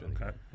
Okay